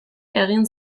egin